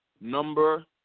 number